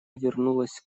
вернулась